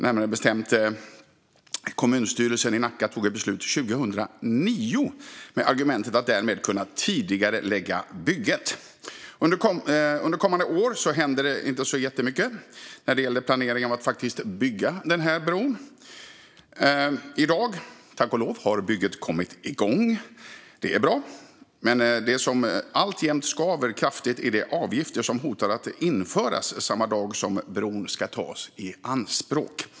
Närmare bestämt tog kommunstyrelsen i Nacka ett sådant beslut 2009 med argumentet att därmed kunna tidigarelägga bygget. Under kommande år hände det inte så jättemycket när det gällde planeringen av att faktiskt bygga bron. I dag, tack och lov, har bygget kommit igång. Det är bra. Men det som alltjämt skaver kraftigt är de avgifter som hotar att införas samma dag som bron ska tas i anspråk.